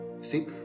See